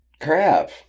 crap